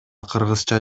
кыргызча